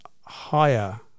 higher